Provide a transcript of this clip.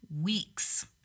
weeks